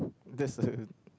that's a